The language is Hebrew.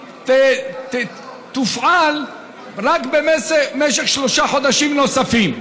ותופעל רק במשך שלושה חודשים נוספים.